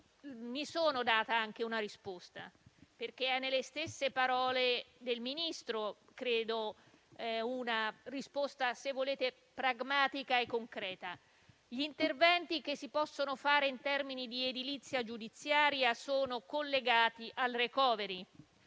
Mi sono data anche una risposta perché nelle stesse parole del Ministro c'è una risposta, se volete, pragmatica e concreta. Gli interventi che si possono fare in termini di edilizia giudiziaria sono collegati al *recovery*,